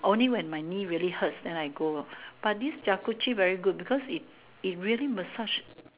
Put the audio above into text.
only when my knee really hurts than I go but this Jacuzzi very good because it it really massage